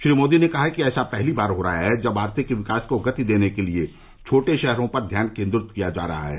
श्री मोदी ने कहा कि ऐसा पहली बार हो रहा है जब आर्थिक विकास को गति देने के लिए छोटे शहरों पर ध्यान केन्द्रित किया जा रहा है